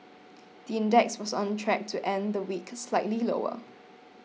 the index was on track to end the week slightly lower